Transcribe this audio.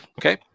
okay